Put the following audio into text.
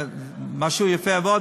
משהו יפה מאוד.